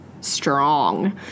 strong